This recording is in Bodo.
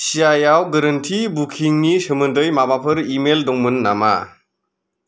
सियायाव गोरोन्थि बुकिंनि सोमोन्दै माबाफोर इमेइल दंमोन नामा